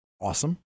Awesome